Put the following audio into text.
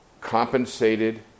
compensated